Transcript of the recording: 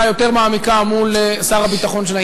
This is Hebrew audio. יותר מעמיקה של העניין מול שר הביטחון.